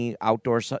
outdoor